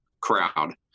crowd